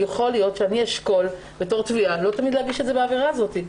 יכול להיות שאני אשקול בתור תביעה לא תמיד להגיש את זה בעבירה הזאת.